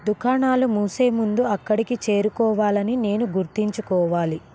దుకాణాలు మూసే ముందు అక్కడికి చేరుకోవాలని నేను గుర్తుంచుకోవాలి